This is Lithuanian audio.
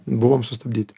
buvom sustabdyti